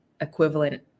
equivalent